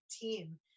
team